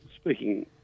speaking